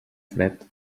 fred